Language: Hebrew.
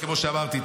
כמו שאמרתי,